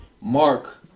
Mark